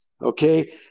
Okay